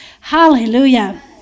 hallelujah